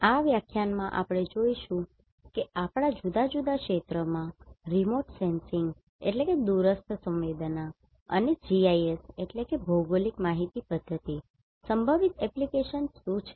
આ વ્યાખ્યાનમાં આપણે જોઈશું કે આપણા જુદા જુદા ક્ષેત્રોમાં Remote sensing દૂરસ્થ સંવેદના અને GIS ભૌગોલિક માહિતી પધ્ધતિ સંભવિત એપ્લિકેશન શું છે